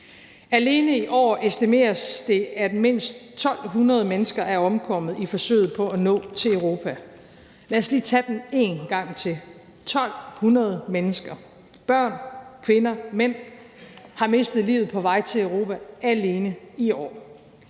Alene i år estimeres det, at mindst 1.200 mennesker er omkommet i forsøget på at nå til Europa. Lad os lige tage den en gang til: 1.200 mennesker, børn, kvinder, mænd, har mistet livet på vej til Europa alene i år.